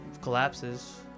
collapses